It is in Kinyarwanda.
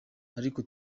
ariko